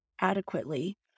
adequately